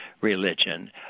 religion